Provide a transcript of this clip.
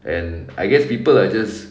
and I guess people are just